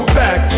back